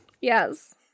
Yes